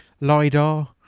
LiDAR